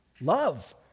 Love